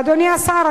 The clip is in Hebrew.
אדוני השר,